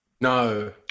No